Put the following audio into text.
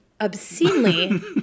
obscenely